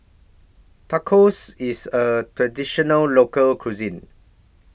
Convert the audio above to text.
Tacos IS A Traditional Local Cuisine